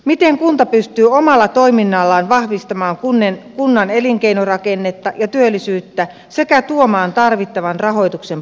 miten kunta pystyy omalla toiminnallaan vahvistamaan kunnan elinkeinorakennetta ja työllisyyttä sekä tuomaan tarvittavan rahoituksen palveluiden järjestämiseen